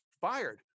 fired